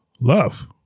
love